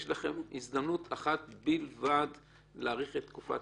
יש לכם הזדמנות אחת בלבד להאריך את תקופת